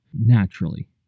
naturally